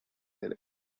their